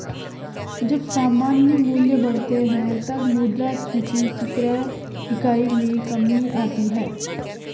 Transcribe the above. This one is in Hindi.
जब सामान्य मूल्य बढ़ते हैं, तब मुद्रास्फीति की क्रय इकाई में कमी आती है